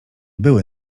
były